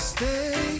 Stay